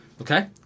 Okay